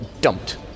dumped